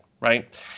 right